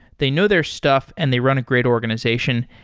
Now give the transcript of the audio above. they know their stuff and they run a great organization.